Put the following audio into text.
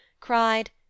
cried